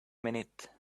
minute